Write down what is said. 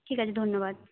ঠিক আছে ধন্যবাদ